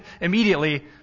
immediately